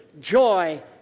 joy